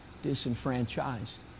disenfranchised